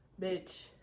bitch